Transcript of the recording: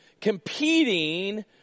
competing